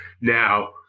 now